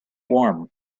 warm